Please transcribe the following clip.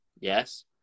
Yes